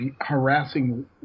harassing